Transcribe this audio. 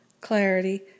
clarity